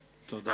תודה.